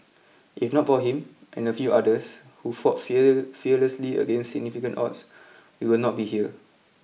if not for him and a few others who fought fear fearlessly against significant odds we will not be here